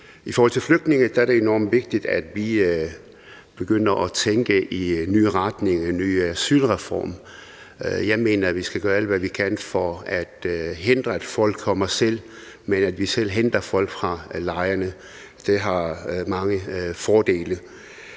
I forhold til flygtninge er det enormt vigtigt, at vi begynder at tænke i nye retninger, i en ny asylreform. Jeg mener, at vi skal gøre alt, hvad vi kan, for at hindre, at folk kommer selv, men selv hente folk fra lejrene. Det har mange fordele.